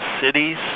Cities